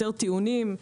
יותר טיעונים,